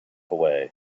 away